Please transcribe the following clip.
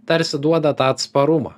tarsi duoda tą atsparumą